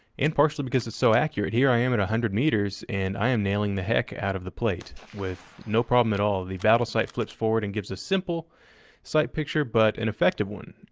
and partially because it's so accurate. here i am at one hundred meters and i am nailing the heck out of the plate with no problem at all. the battle sight flips forward and gives a simple sight picture, but an effective one.